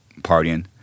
partying